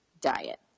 diet